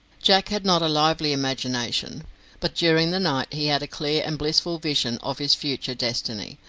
jack had not a lively imagination but during the night he had a clear and blissful vision of his future destiny,